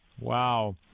Wow